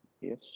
Yes